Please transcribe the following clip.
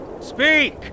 speak